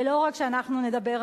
ולא רק שאנחנו נדבר,